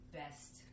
best